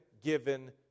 given